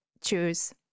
choose